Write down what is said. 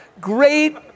great